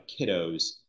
kiddos